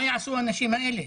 מה יעשו האנשים האלה?